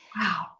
Wow